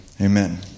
Amen